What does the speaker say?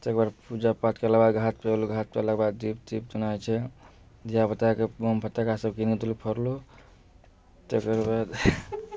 तकर बाद पूजा पाठ करैलए घाट घाटपर गेलाके बाद दीप तीप जेना होइ छै धिआपुताके बम फटक्कासब किनलहुँ फोड़लहुँ तकर बाद